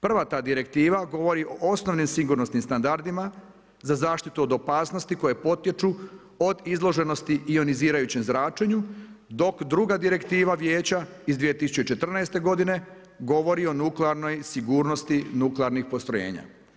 Prva ta direktiva govori o osnovnim sigurnosnim standardima za zaštitu od opasnosti koje potječu od izloženosti ionizirajućem zračenju dok druga Direktiva vijeća iz 2014. godine govori o nuklearnoj sigurnosti nuklearnih postrojenja.